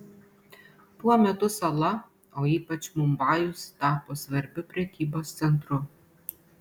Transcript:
tuo metu sala o ypač mumbajus tapo svarbiu prekybos centru